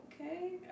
Okay